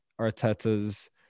Arteta's